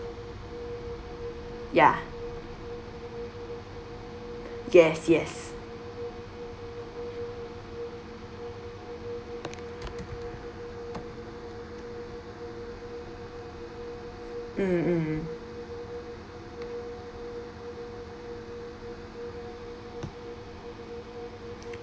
ya yes yes mm mm